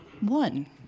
one